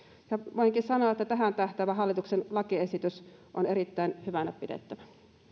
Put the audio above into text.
voinkin sanoa että tähän tähtäävä hallituksen lakiesitys on erittäin hyvänä pidettävä